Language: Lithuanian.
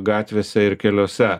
gatvėse ir keliuose